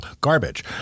garbage